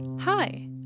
Hi